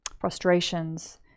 frustrations